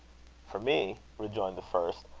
for me rejoined the first,